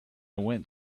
went